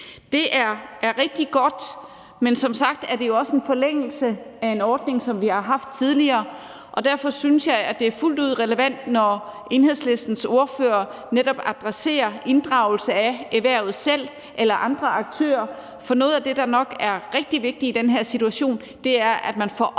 Det er rigtig godt, men som sagt er det også en forlængelse af en ordning, som vi har haft tidligere, og derfor synes jeg, det er fuldt ud relevant, når Enhedslistens ordfører netop adresserer inddragelse af erhvervet selv eller andre aktører, for noget af det, der nok er rigtig vigtigt i den her situation, er, at man bliver oplyst om de